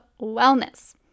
wellness